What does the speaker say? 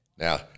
Now